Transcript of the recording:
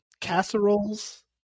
Casseroles